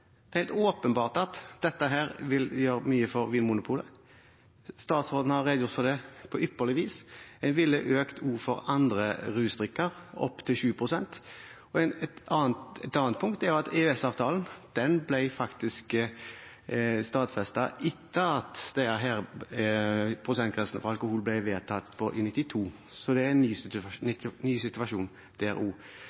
Det er helt åpenbart at dette vil gjøre mye for Vinmonopolet. Statsråden har redegjort for det på ypperlig vis. Det ville økt også for andre rusdrikker opp til 7 pst. Et annet punkt er at EØS-avtalen faktisk ble stadfestet etter at denne prosentgrensen for alkohol ble vedtatt i 1992, så det er en ny